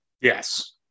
Yes